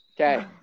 Okay